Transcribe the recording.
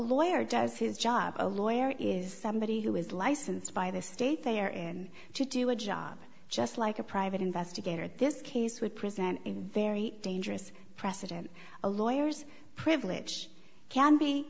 lawyer does his job a lawyer is somebody who is licensed by the state they are in to do a job just like a private investigator this case would present a very dangerous precedent a lawyers privilege can be